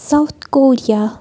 South Korea